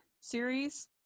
series